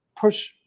push